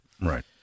right